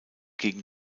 gegen